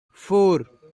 four